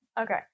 Okay